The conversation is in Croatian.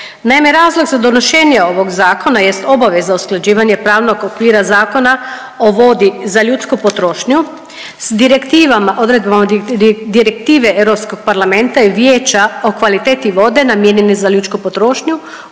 Naime, razlog za donošenje ovog zakona jest obaveza usklađivanja pravnog okvira Zakona o vodi za ljudsku potrošnju s direktivama, odredbama Direktive Europskog parlamenta i vijeća o kvaliteti vode namijenjene za ljudsku potrošnju